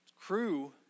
Crew